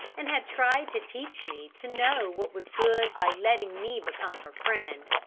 and had tried to teach me to know what was good by letting me become her friend.